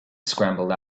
scrambled